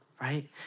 right